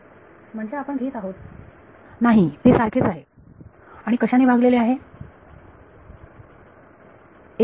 विद्यार्थी म्हणजे आपण घेत आहोत नाही हे सारखेच आहे आणि कशाने भागलेले आहे